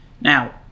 Now